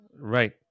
Right